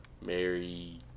Mary